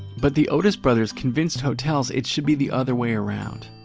but the otis brothers convinced hotels, it should be the other way around.